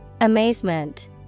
Amazement